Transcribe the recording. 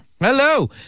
Hello